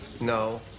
No